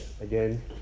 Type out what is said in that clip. Again